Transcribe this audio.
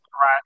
right